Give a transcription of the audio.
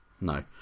No